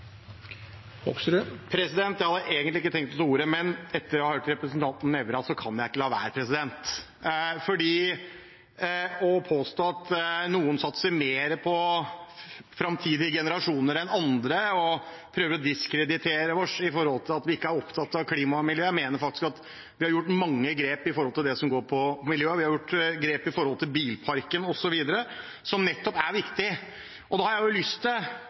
Nævra kan jeg ikke la være. Han påstår at noen satser mer på framtidige generasjoner enn andre, og prøver å diskreditere oss for at vi ikke er opptatt av klima og miljø. Jeg mener faktisk at vi har tatt mange grep for miljøet. Vi har tatt grep overfor bilparken, osv., noe som er viktig. Da har jeg lyst til å si tilbake – litt sånn flåsete – at vi nå står vi midt oppe i en pandemi som